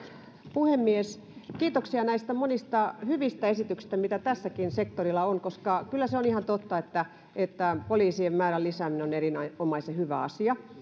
puhemies kiitoksia näistä monista hyvistä esityksistä mitä tälläkin sektorilla on koska kyllä se on ihan totta että että poliisien määrän lisääminen on erinomaisen hyvä asia